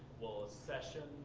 well, session,